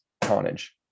carnage